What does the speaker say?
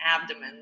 Abdomen